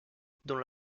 dont